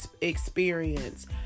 experience